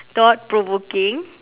thought provoking